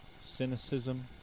cynicism